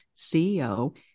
CEO